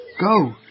Go